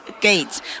gates